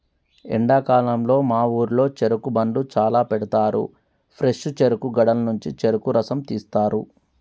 ఎండాకాలంలో మా ఊరిలో చెరుకు బండ్లు చాల పెడతారు ఫ్రెష్ చెరుకు గడల నుండి చెరుకు రసం తీస్తారు